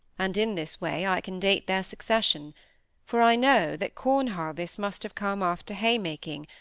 and in this way i can date their succession for i know that corn harvest must have come after hay-making,